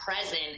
present